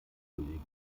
kollegen